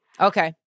Okay